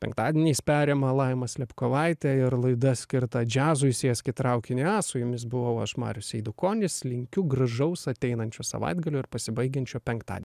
penktadieniais perima laima slipkovaitė ir laida skirta džiazui sėsk į traukinį a su jumis buvau aš marius eidukonis linkiu gražaus ateinančių savaitgalių ir pasibaigiančio penktad